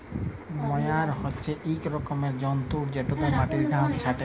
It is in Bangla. ময়ার হছে ইক রকমের যল্তর যেটতে মাটির ঘাঁস ছাঁটে